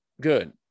good